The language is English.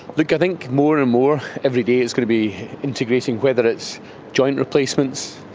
look, i think more and more every day it's going to be integrating, whether it's joint replacements,